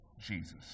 Jesus